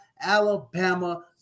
Alabama